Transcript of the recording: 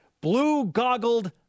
Blue-goggled